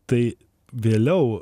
tai vėliau